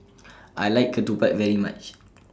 I like Ketupat very much